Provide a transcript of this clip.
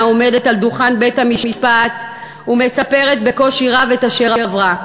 העומדת על דוכן בית-המשפט ומספרת בקושי רב את אשר עברה.